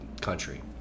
country